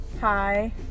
Hi